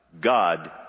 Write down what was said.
God